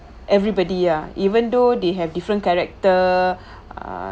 everybody ya even though they have different character uh